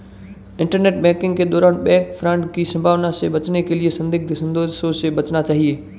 internet banking के दौरान bank fraud की संभावना से बचने के लिए संदिग्ध संदेशों से बचना चाहिए